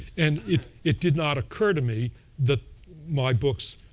and it it did not occur to me that my books